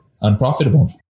unprofitable